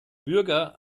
bürger